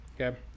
Okay